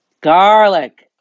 Garlic